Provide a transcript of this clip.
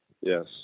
Yes